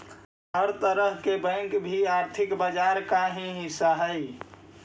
हर तरह के बैंक भी आर्थिक बाजार का ही हिस्सा हइ